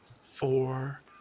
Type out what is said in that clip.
four